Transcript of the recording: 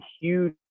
huge